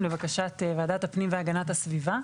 לבקשת ועדת הפנים והגנת הסביבה.